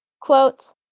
quotes